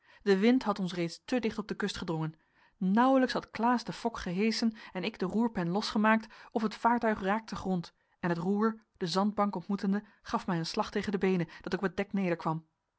de wind had ons reeds te dicht op de kust gedrongen nauwelijks had klaas de fok geheschen en ik de roerpen losgemaakt of het vaartuig raakte grond en het roer de zandbank ontmoetende gaf mij een slag tegen de beenen dat ik op het dek